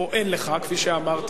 או אין לך, כפי שאמרתי.